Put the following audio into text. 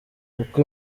uko